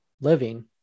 living